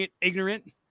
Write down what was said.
ignorant